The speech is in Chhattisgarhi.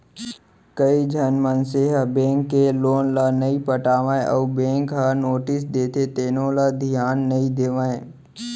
कइझन मनसे ह बेंक के लोन ल नइ पटावय अउ बेंक ह नोटिस देथे तेनो ल धियान नइ देवय